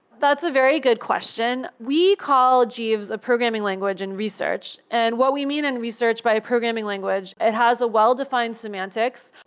that's a very good question. we call jeeves a programming language and research. and what we mean in research by a programming language, it has a well-defined semantics.